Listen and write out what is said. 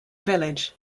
village